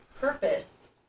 purpose